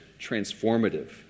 transformative